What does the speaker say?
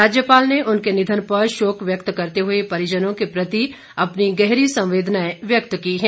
राज्यपाल ने उनके निधन पर शोक व्यक्त करते हुए परिजनों र्के प्रति अपनी गहरी संवेदनाएं व्यक्त की है